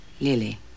Lily